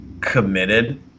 committed